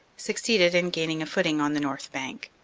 succeeded in gaining a footing on the north bank.